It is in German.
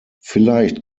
vielleicht